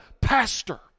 pastor